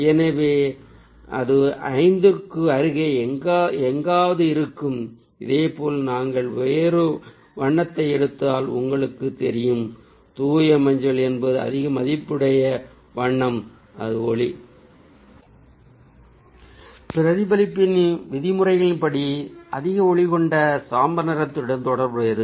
எனவே அது 5க்கு அருகே எங்காவது இருக்கும் இதேபோல் நாங்கள் வேறொரு வண்ணத்தை எடுத்தால் உங்களுக்குத் தெரியும் தூய மஞ்சள் என்பது அதிக மதிப்புடைய வண்ணம் அதன் ஒளி பிரதிபலிப்பின் விதிமுறைகளின் படி அதிக ஒளி கொண்ட சாம்பல் நிறத்துடன் தொடர்புடையது